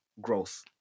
growth